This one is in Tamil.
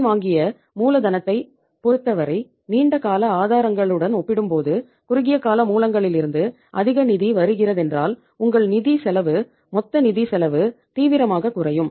கடன் வாங்கிய மூலதனத்தைப் பொருத்தவரை நீண்ட கால ஆதாரங்களுடன் ஒப்பிடும்போது குறுகிய கால மூலங்களிலிருந்து அதிக நிதி வருகிறதென்றால் உங்கள் நிதி செலவு மொத்த நிதி செலவு தீவிரமாக குறையும்